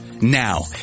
Now